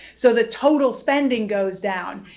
so the total spending goes down.